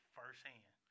firsthand